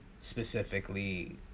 Specifically